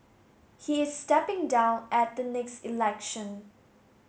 he is stepping down at the next election